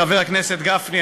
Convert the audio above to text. חבר הכנסת גפני,